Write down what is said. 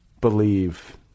believe